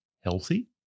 healthy